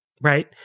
Right